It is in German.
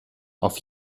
auf